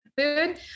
food